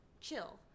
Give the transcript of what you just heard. chill